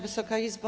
Wysoka Izbo!